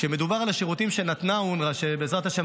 כשמדובר על השירותים שנתנה אונר"א שבעזרת השם,